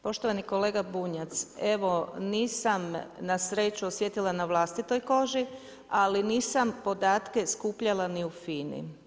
Poštovani kolega Bunjac, evo nisam na sreću osjetila na vlastitoj koži ali nisam podatke skupljala ni u FINA-i.